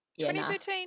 2013